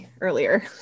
earlier